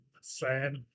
sad